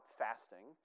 fasting